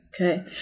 Okay